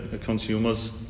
consumers